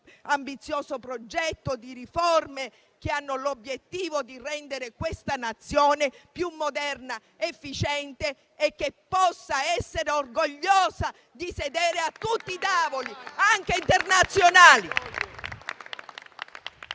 quell'ambizioso progetto di riforme, che ha l'obiettivo di rendere questa Nazione più moderna, efficiente e orgogliosa di sedere a tutti i tavoli, anche internazionali.